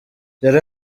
yari